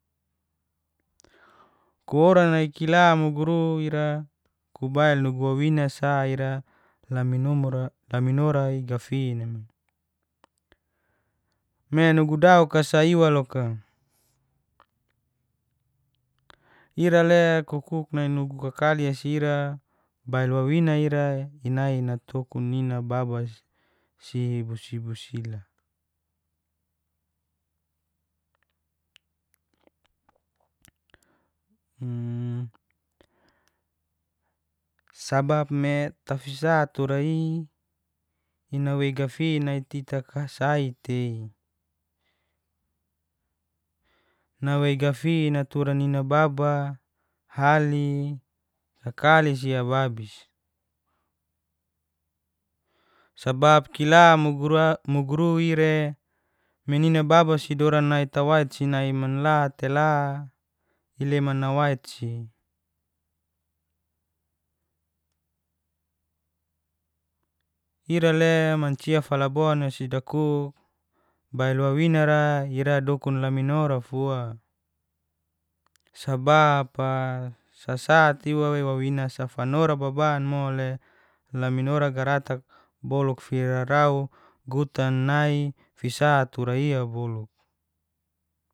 Koran nai kila muguru ira kubail nugu wawina sa ira naminora igafin, me nugu dau'ka sa iwa loka, ira le kuku nai nugu kakali si ira bail wawinaa ira inai natokun nina baba si. sabap me tefisa turai nawei gafin nai tita kasai tei, nawei gafi'na tura nina, baba, hali, kakali si ababis, sabap kila miguru ire me ninababa si doran nai tawai si nai manla te la ileman nawait si. ira le mancia falabona dakuk bail wawinara ira dokun laminora fua, sabap sasatiwa wawina sa fanora baban mole laminora garatak boluk firarau gutan nai fisa tura iabolu.